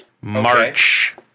March